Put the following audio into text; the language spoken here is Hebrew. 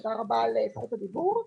תודה רבה על זכות הדיבור.